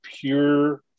pure